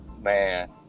Man